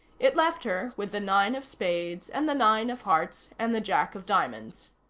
it left her with the nine of spades and the nine of hearts, and the jack of diamonds.